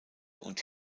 und